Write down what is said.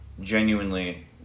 genuinely